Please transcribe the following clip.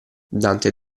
dante